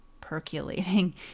percolating